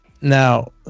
Now